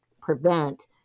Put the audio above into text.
prevent